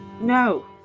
No